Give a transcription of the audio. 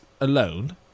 alone